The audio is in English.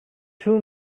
two